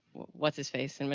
what's his face, and